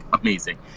amazing